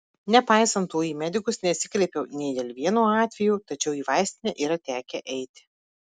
nepaisant to į medikus nesikreipiau nei dėl vieno atvejo tačiau į vaistinę yra tekę eiti